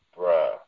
bruh